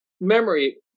memory